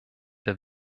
der